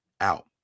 out